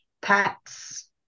pets